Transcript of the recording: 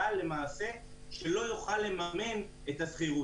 גל שלא יוכל לממן את השכירות.